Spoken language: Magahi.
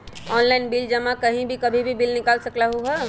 ऑनलाइन बिल जमा कहीं भी कभी भी बिल निकाल सकलहु ह?